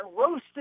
roasted